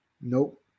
Nope